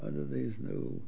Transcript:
under these new